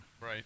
Right